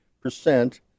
percent